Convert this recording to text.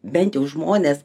bent jau žmonės